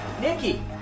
Nikki